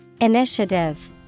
Initiative